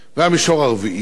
והמישור הרביעי: